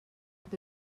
but